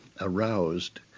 aroused